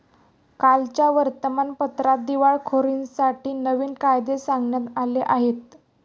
कालच्या वर्तमानपत्रात दिवाळखोरीसाठी नवीन कायदे सांगण्यात आले आहेत